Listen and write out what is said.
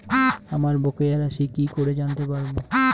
আমার বকেয়া রাশি কি করে জানতে পারবো?